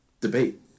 debate